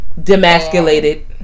Demasculated